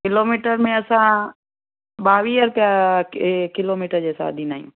kilo metre में असां ॿावीह क के किलो मीटर जे हिसाब सां ॾींदा आहियूं